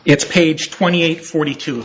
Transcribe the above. it's page twenty eight forty two